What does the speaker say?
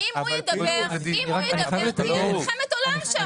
כי אם הוא ידבר תהיה מלחמת עולם שם.